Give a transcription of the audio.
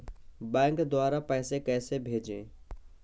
Bank द्वारा पैसे कैसे भेजें?